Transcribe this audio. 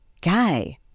guy